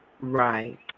Right